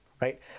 Right